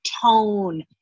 tone